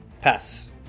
pass